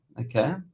Okay